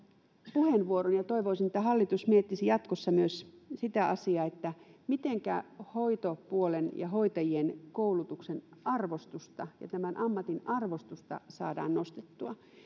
puheenvuoron niin toivoisin että hallitus miettisi jatkossa myös sitä asiaa että mitenkä hoitopuolen ja hoitajien koulutuksen arvostusta ja tämän ammatin arvostusta saadaan nostettua